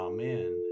Amen